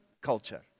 culture